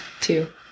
two